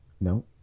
no